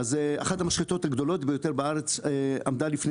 אז אחת המשחטות הגדולות ביותר בארץ עמדה לפני